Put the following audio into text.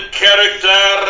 character